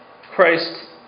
Christ